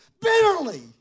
Bitterly